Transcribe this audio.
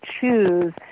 choose